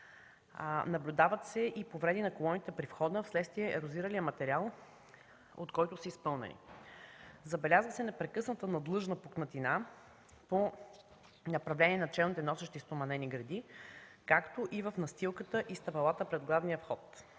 Наблюдават се и повреди на колоните при входа вследствие ерозиралия материал, от който са изпълнени. Забелязва се непрекъсната надлъжна пукнатина по направление на челните носещи стоманени греди, както и в настилката и стъпалата пред главния вход.